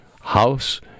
house